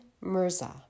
Mirza